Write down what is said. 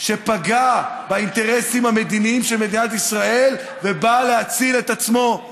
שפגע באינטרסים המדיניים של מדינת ישראל ובא להציל את עצמו,